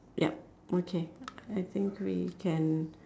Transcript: yup okay I think we can